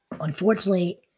unfortunately